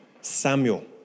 Samuel